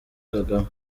kagame